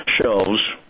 shelves